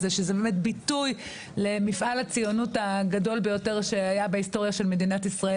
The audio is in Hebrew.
הביטוי למפעל הציוני הגדול ביותר שהיה להיסטוריה של מדינת ישראל,